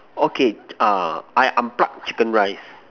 okay uh I unpluck chicken rice